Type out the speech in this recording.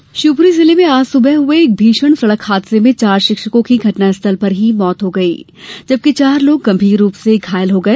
हादसा शिवपुरी जिले में आज सुबह हुए एक भीषण सड़क हादसे में चार शिक्षकों की घटनास्थल पर ही मौत हो गई जबकि चार लोग गंभीर रूप से घायल हो गए